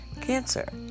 Cancer